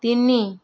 ତିନି